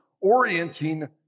orienting